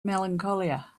melancholia